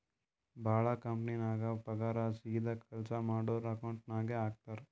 ಭಾಳ ಕಂಪನಿನಾಗ್ ಪಗಾರ್ ಸೀದಾ ಕೆಲ್ಸಾ ಮಾಡೋರ್ ಅಕೌಂಟ್ ನಾಗೆ ಹಾಕ್ತಾರ್